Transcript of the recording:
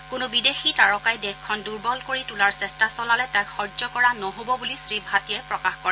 কোনো বিদেশী তাৰকাই দেশখন দুৰ্বল কৰি তোলাৰ চেষ্টা চলালে তাক সহ্য কৰা নহ'ব বুলি শ্ৰীভাটিয়াই প্ৰকাশ কৰে